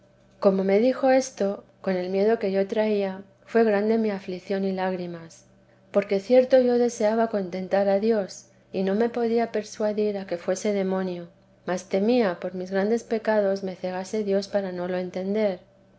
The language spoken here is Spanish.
como me dijo esto con el miedo que yo traía fué grande mi aflicción y lágrimas porque cierto yo deseaba contentar a dios y no me podía persuadir a que fuese demonio mas temía por mis grandes pecados me cegase dios para no lo entender